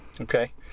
Okay